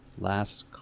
last